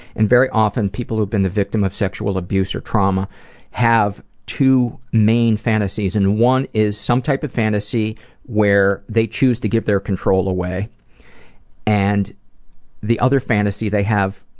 and very often people who have been the victim of sexual abuse or trauma have two main fantasies. and one is some type of fantasy where they choose to give their control away and the other fantasy they have,